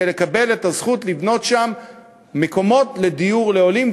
לקבל את הזכות לבנות שם מקומות דיור לעולים,